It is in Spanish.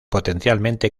potencialmente